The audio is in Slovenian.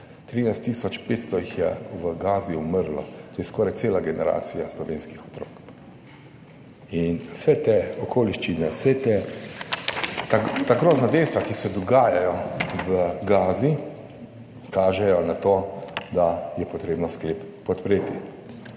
500 jih je v Gazi umrlo, to je skoraj cela generacija slovenskih otrok. In vse te okoliščine, vse te, ta grozna dejstva, ki se dogajajo v Gazi, kažejo na to, da je potrebno sklep podpreti.